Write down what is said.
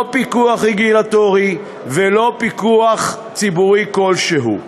לא פיקוח רגולטורי ולא פיקוח ציבורי כלשהו,